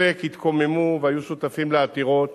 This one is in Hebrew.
חלק התקוממו והיו שותפים לעתירות